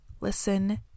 listen